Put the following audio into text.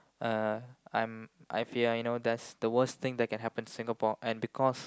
um I'm I fear you know that's the worst thing that can happen Singapore and because